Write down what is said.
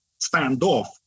standoff